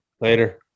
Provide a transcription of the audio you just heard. later